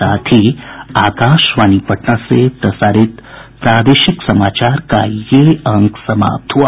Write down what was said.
इसके साथ ही आकाशवाणी पटना से प्रसारित प्रादेशिक समाचार का ये अंक समाप्त हुआ